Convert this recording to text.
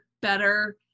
better